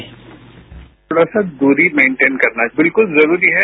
sound bite थोड़ा सा दूरी मेनटेन करना बिल्कुल जरूरी है